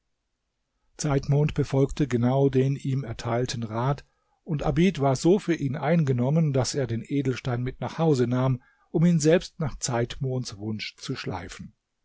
zeitmond befolgte genau den ihm erteilten rat und abid war so für ihn eingenommen daß er den edelstein mit nach hause nahm um ihn selbst nach zeitmonds wunsch zu schleifen